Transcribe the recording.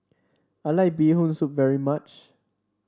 I like Bee Hoon Soup very much